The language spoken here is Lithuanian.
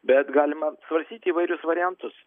bet galima apsvarstyti įvairius variantus